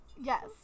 yes